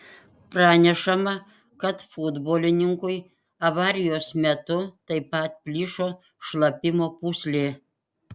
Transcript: pranešama kad futbolininkui avarijos metu taip pat plyšo šlapimo pūslė